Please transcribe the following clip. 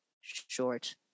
short